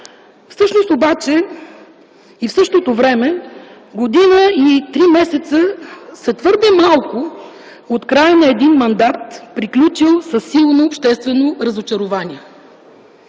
Всъщност обаче и в същото време година и три месеца са твърде малко от края на един мандат, приключил със силно обществено разочарование.